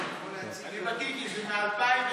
מוותרת, חבר הכנסת